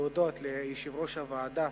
להודות ליושב-ראש הוועדה,